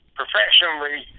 professionally